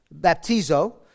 baptizo